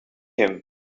him